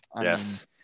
Yes